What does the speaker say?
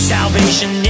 Salvation